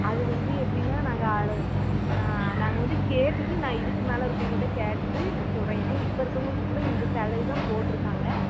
அது வந்து எப்படின்னா நாங்கள் ஆட ஆ நாங்கள் வந்து கேட்டுவிட்டு நான் இதுக்கு மேலே இருக்கவங்கக்கிட்டே கேட்டுவிட்டு நான் சொல்கிறேன் ஏன்னால் இப்போ இருக்கறவங்களுக்கு கூட இந்த சேலரி தான் போட்டிருக்காங்க